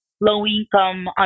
low-income